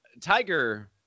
Tiger